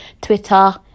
Twitter